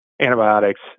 antibiotics